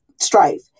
strife